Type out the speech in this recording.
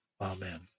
amen